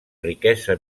riquesa